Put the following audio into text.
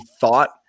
thought